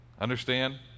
Understand